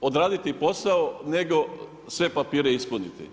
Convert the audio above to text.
odraditi posao, nego sve papire ispuniti.